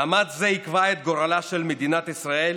מאמץ זה יקבע גורלה של מדינת ישראל